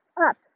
up